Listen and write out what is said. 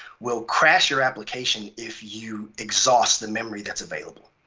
will crash your application if you exhaust the memory that's available.